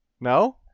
No